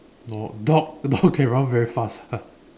no dog dog dog can run very fast [what]